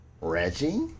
Reggie